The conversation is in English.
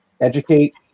educate